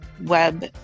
web